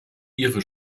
ihre